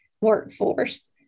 workforce